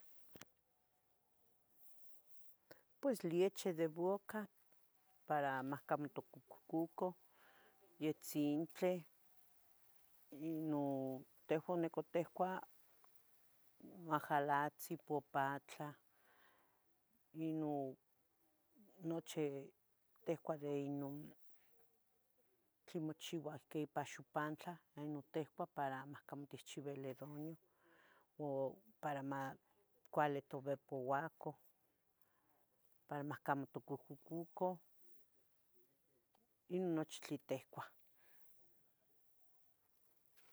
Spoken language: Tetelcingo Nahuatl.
Pues lieche de vuaca para mahcamo tocohcocuca, yetzintli, ino, tehua nicu tehcuah, ahgalatzi, pupatla, ino nochi tehcuah, de ino tlen mochiua ihqui ipa xupantlah, non tehcuah para mahcamo techchiuili duaño, u para cuali matobepuaca, para mahcamo tocohcocuca, ino nochi tlen tehcuah.